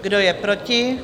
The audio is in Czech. Kdo je proti?